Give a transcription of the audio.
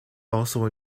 also